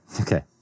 Okay